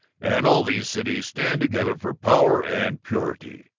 and all these cities stand together for power and purity,